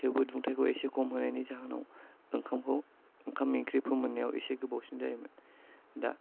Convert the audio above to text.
थेवबो दुंथायखौ एसे खम होनायनि जाहोनाव ओंखामखौ ओंखाम ओंख्रि फोमोननायाव एसे गोबावसिन जायोमोन दा